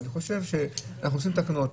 אנחנו עושים תקנות,